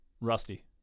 Rusty